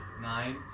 Nine